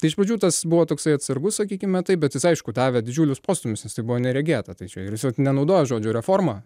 tai iš pradžių tas buvo toksai atsargus sakykime taip bet jis aišku davė didžiulius postūmius nes tai buvo neregėta tai čia ir jis vat nenaudojo žodžio reforma